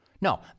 No